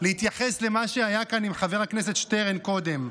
להתייחס למה שהיה כאן עם חבר הכנסת שטרן קודם.